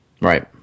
Right